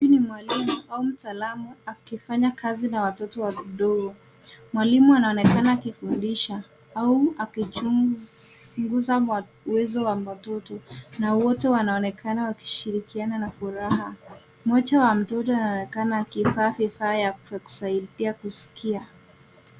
Huyu ni mwalimu au mtaalamu akifanya kazi na watoto wadogo. Mwalimu anaonekana akifundisha au akichunguza uwezo wa watoto na wote wanaonekana wakishirikiana na furaha. Mmoja wa watoto anaonekana akivaa vifaa vya kusaidia kusikia.